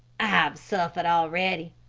have suffered already,